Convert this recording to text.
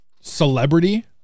celebrity